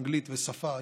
אנגלית ושפה,